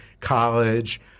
college